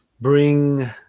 bring